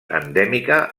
endèmica